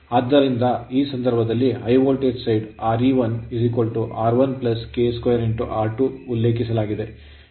ಈಗ ಆದ್ದರಿಂದ ಈ ಸಂದರ್ಭದಲ್ಲಿ high voltage side Re1 R1 K2 R2 ಉಲ್ಲೇಖಿಸಲಾಗಿದೆ